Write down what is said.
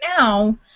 now